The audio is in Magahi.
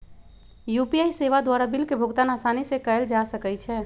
यू.पी.आई सेवा द्वारा बिल के भुगतान असानी से कएल जा सकइ छै